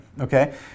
okay